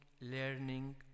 learning